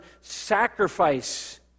sacrifice